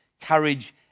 courage